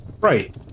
Right